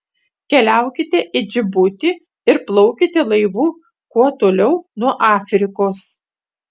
keliaukite į džibutį ir plaukite laivu kuo toliau nuo afrikos